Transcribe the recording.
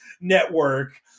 network